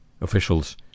officials